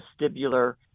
vestibular